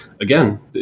again